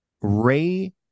Ray